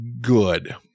good